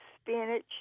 spinach